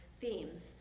themes